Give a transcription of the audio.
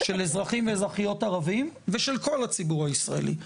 של אזרחים ואזרחיות ערבים ושל כל הציבור הישראלי,